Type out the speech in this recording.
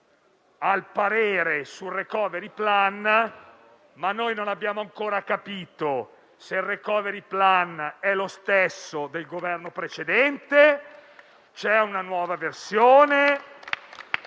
il parere sul *recovery plan*, ma noi non abbiamo ancora capito se è lo stesso del Governo precedente o se c'è una nuova versione.